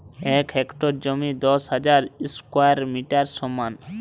এক হেক্টর জমি দশ হাজার স্কোয়ার মিটারের সমান